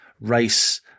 race